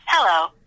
Hello